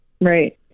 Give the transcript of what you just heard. Right